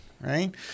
right